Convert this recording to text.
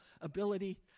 ability